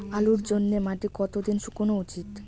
আলুর জন্যে মাটি কতো দিন শুকনো উচিৎ?